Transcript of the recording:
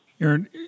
Aaron